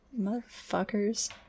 Motherfuckers